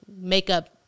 makeup